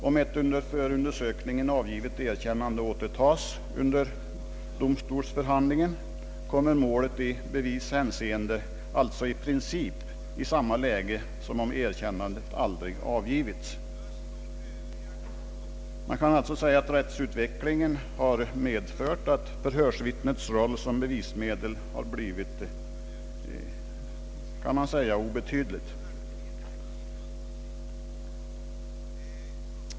Om ett under förundersökningen avgivet erkännande återtas under domstolsförhandlingen, kommer målet i bevishänseende alltså i princip i samma läge som om erkännandet aldrig avgivits. Rättsutvecklingen har alltså medfört att förhörsvittnets roll som bevismedel blivit obetydlig.